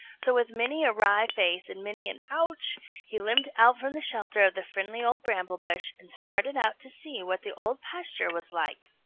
so with many a wry face and many an ouch he limped out from the shelter of the friendly old bramble-bush and started out to see what the old pasture was like.